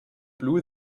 blew